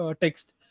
text